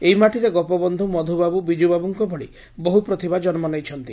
ଏହି ମାଟିରେ ଗୋପବନ୍ଧୁ ମଧୁବାବୁ ବିଜୁବାବୁଙ୍କ ଭଳି ବହୁ ପ୍ରତିଭା ଜନ୍ମ ନେଇଛନ୍ତି